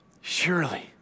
Surely